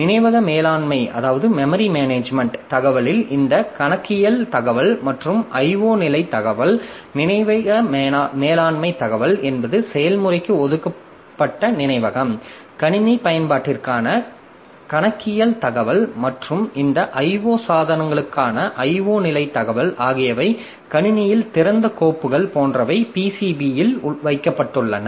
நினைவக மேலாண்மை தகவலில் இந்த கணக்கியல் தகவல் மற்றும் IO நிலை தகவல் நினைவக மேலாண்மை தகவல் என்பது செயல்முறைக்கு ஒதுக்கப்பட்ட நினைவகம் கணினி பயன்பாட்டிற்கான கணக்கியல் தகவல் மற்றும் இந்த IO சாதனங்களுக்கான IO நிலை தகவல் ஆகியவை கணினியில் திறந்த கோப்புகள் போன்றவை PCBஇல் வைக்கப்பட்டுள்ளன